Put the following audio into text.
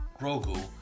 Grogu